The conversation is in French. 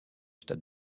stade